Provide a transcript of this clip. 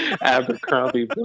Abercrombie